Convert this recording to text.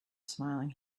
smiling